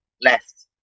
left